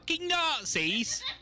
Nazis